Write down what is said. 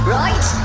right